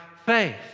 faith